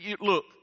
look